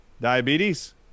Diabetes